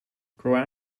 grow